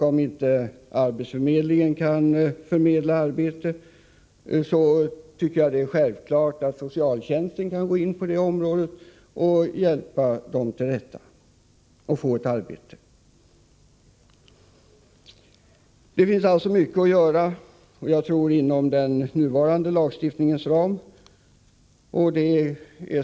Om arbetsförmedlingen inte kan förmedla ett arbete tycker jag att det är självklart att socialtjänsten går in på det området och hjälper den arbetslöse att få ett arbete. Det finns alltså mycket att göra inom den nuvarande lagstiftningens ram.